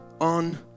on